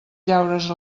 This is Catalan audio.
llaures